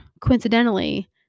coincidentally